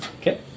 Okay